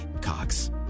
Cox